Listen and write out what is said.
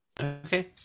Okay